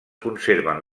conserven